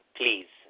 please